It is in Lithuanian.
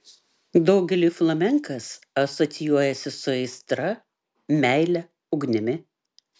daugeliui flamenkas asocijuojasi su aistra meile ugnimi